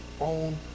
own